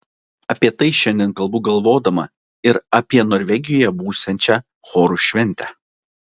apie tai šiandien kalbu galvodama ir apie norvegijoje būsiančią chorų šventę